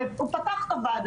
הרי הוא פתח את הוועדה.